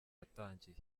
yatangiye